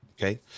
Okay